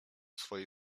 swojej